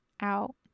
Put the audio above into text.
out